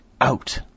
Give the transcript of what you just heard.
out